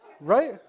Right